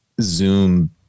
zoom